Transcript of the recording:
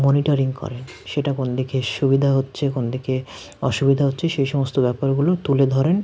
monitoring করেন সেটা করলে কী সুবিধা হচ্ছে কোন দিকে অসুবিধা হচ্ছে সেই সমস্ত ব্যাপারগুলো তুলে ধরেন